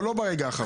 אבל לא ברגע האחרון.